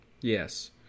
yes